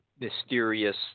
mysterious